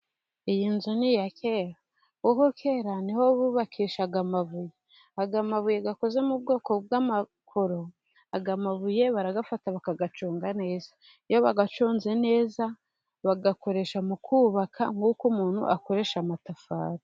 Iyi nzu ni iya kera, ubwo kera niho bubakishaga amabuye. Aya mabuye akoze mu bwoko bw'amakoro, amabuye barayafata bakayaconga neza, iyo bayaconze neza bagakoresha mu kubaka, nk'uko umuntu akoresha amatafari.